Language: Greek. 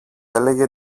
έλεγε